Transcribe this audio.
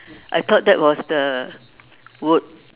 I thought that was the wood